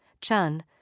Chun